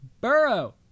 Burrow